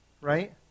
right